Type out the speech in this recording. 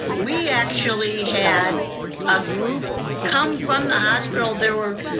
we actually had a group come from the hospital. there were,